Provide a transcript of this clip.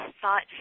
thought